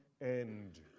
end